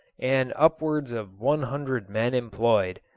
and upwards of one hundred men employed,